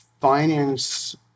finance